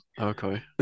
Okay